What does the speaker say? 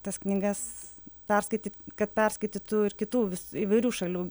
tas knygas perskaityt kad perskaitytų ir kitų įvairių šalių